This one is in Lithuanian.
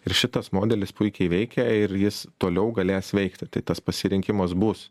ir šitas modelis puikiai veikia ir jis toliau galės veikti tai tas pasirinkimas bus